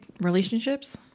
relationships